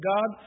God